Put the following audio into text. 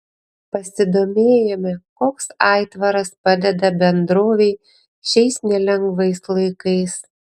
pasidomėjome koks aitvaras padeda bendrovei šiais nelengvais laikais